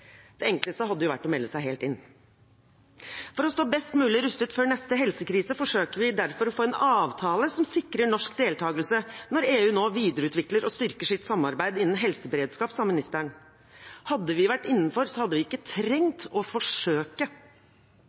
Det enkleste hadde jo vært å melde seg helt inn. Ministeren sa at for å stå best mulig rustet før neste helsekrise forsøker vi derfor å få en avtale som sikrer norsk deltakelse når EU nå videreutvikler og styrker sitt samarbeid innen helseberedskap. Hadde vi vært innenfor, hadde vi ikke trengt å forsøke.